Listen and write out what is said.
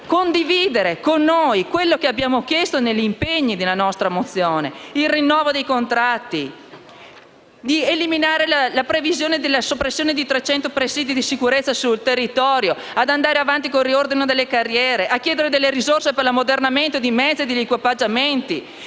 condividere con noi quello che abbiamo chiesto negli impegni della nostra mozione? Il rinnovo dei contratti, l'eliminazione della previsione della soppressione di 300 presidi di sicurezza sul territorio, il proseguimento del riordino delle carriere, le risorse per l'ammodernamento dei mezzi e degli equipaggiamenti,